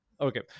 Okay